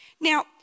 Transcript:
Now